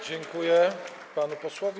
Dziękuję panu posłowi.